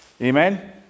Amen